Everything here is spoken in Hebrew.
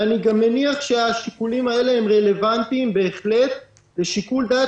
אני גם מניח שהשיקולים האלה רלוונטיים בהחלט לשיקול הדעת